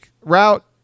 route